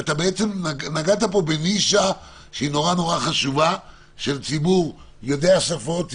נגעת פה בנישה מאוד חשובה של ציבור שיודע שפות,